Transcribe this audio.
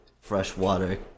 freshwater